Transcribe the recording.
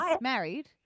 married